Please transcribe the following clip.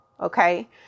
Okay